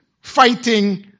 fighting